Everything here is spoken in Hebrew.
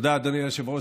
תודה, אדוני היושב-ראש.